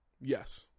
Yes